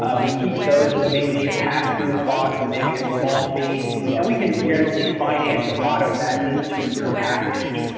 ah we keep those as mainly a and pass-through cost and maybe a small fee and we can generally finance a lot of that into your package.